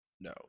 No